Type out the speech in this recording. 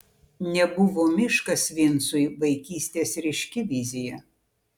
nebuvo miškas vincui vaikystės ryški vizija